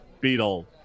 beetle